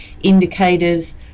indicators